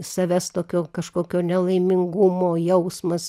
savęs tokio kažkokio nelaimingumo jausmas